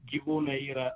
gyvūnai yra